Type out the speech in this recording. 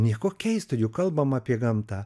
nieko keisto juk kalbam apie gamtą